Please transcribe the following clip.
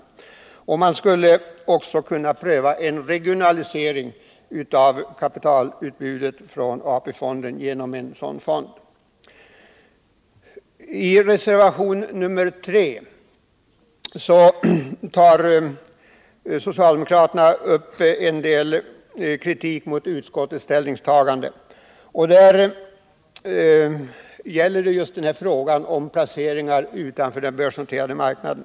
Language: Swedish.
Vidare skulle man, om man har en sådan här fond, kunna pröva en regionalisering av kapitalutbudet. I reservation 3 riktar socialdemokraterna viss kritik mot utskottets ställningstagande. Här gäller det just placeringar utanför den börsnoterade marknaden.